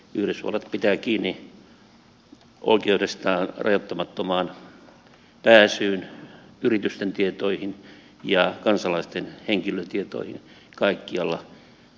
yhdysvallat pitää kiinni oikeudestaan rajoittamattomaan pääsyyn yritysten tietoihin ja kansalaisten henkilötietoihin kaikkialla maailmassa